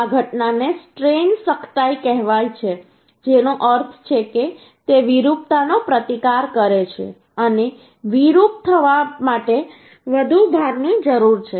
આ ઘટનાને સ્ટ્રેઈન સખ્તાઈ કહેવાય છે જેનો અર્થ છે કે તે વિરૂપતા નો પ્રતિકાર કરે છે અને વિરૂપ થવા માટે વધુ ભારની જરૂર છે